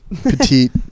petite